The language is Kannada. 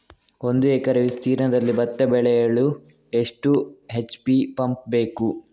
ಒಂದುಎಕರೆ ವಿಸ್ತೀರ್ಣದಲ್ಲಿ ಭತ್ತ ಬೆಳೆಯಲು ಎಷ್ಟು ಎಚ್.ಪಿ ಪಂಪ್ ಬೇಕು?